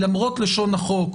למרות לשון החוק,